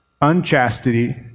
Unchastity